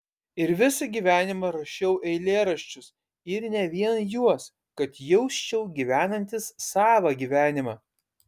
ir visą gyvenimą rašiau eilėraščius ir ne vien juos kad jausčiau gyvenantis savą gyvenimą